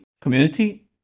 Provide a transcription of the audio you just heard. community